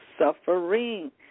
suffering